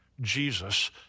Jesus